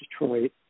Detroit